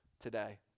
Today